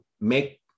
make